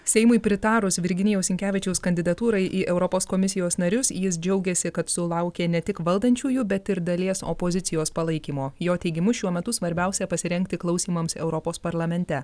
seimui pritarus virginijaus sinkevičiaus kandidatūrai į europos komisijos narius jis džiaugėsi kad sulaukė ne tik valdančiųjų bet ir dalies opozicijos palaikymo jo teigimu šiuo metu svarbiausia pasirengti klausymams europos parlamente